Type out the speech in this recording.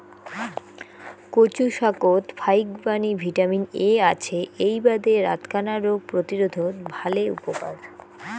কচু শাকত ফাইকবাণী ভিটামিন এ আছে এ্যাই বাদে রাতকানা রোগ প্রতিরোধত ভালে উপকার